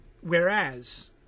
whereas